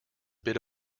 bit